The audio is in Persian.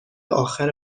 آخر